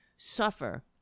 suffer